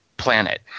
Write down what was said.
Planet